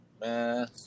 man